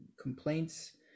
complaints